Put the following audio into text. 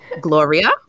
Gloria